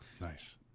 Nice